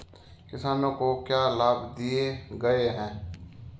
किसानों को क्या लाभ दिए गए हैं?